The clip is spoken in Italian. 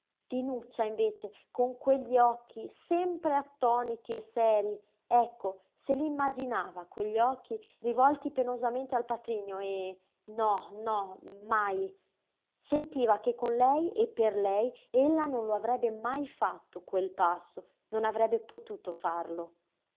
bene dinuccia invece con quegli occhi sempre attoniti e serii ecco se li immaginava quegli occhi rivolti penosamente al patrigno e no no mai sentiva che con lei e per lei ella non lo avrebbe mai fatto quel passo non avrebbe potuto farlo